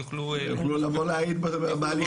ויוכלו להעיד.